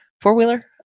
four-wheeler